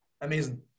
Amazing